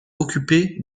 occupée